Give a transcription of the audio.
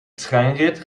treinrit